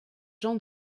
jean